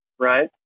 right